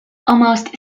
almost